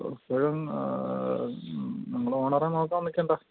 സ്വയം നമ്മുടെ ഓണറെ നോക്കാൻ നിൽക്കണ്ട